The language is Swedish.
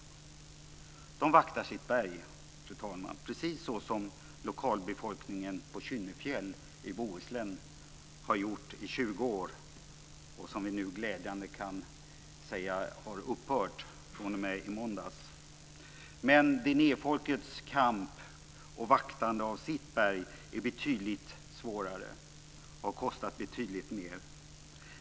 Man vaktar sitt berg, precis så som lokalbefolkningen på Kynnefjäll i Bohuslän har gjort i 20 år, vilket nu glädjande nog upphörde i måndags. Men dinehfolkets kamp och vaktande av sitt berg är betydligt svårare och har kostat betydligt mer.